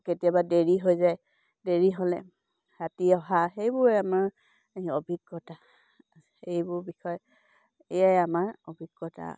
কেতিয়াবা দেৰি হৈ যায় দেৰি হ'লে হাতী অহা সেইবোৰে আমাৰ অভিজ্ঞতা এইবোৰ বিষয় এইয়াই আমাৰ অভিজ্ঞতা